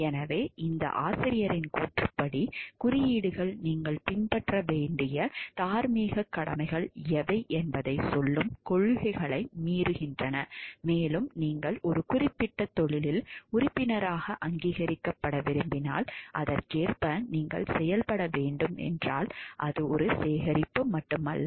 எனவே இந்த ஆசிரியரின் கூற்றுப்படி குறியீடுகள் நீங்கள் பின்பற்ற வேண்டிய தார்மீகக் கடமைகள் எவை என்பதைச் சொல்லும் கொள்கைகளை மீறுகின்றன மேலும் நீங்கள் ஒரு குறிப்பிட்ட தொழிலில் உறுப்பினராக அங்கீகரிக்கப்பட விரும்பினால் அதற்கேற்ப நீங்கள் செயல்பட வேண்டும் என்றால் அது ஒரு சேகரிப்பு மட்டுமல்ல